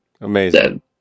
amazing